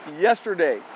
yesterday